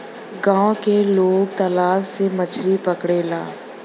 गांव के लोग तालाब से मछरी पकड़ेला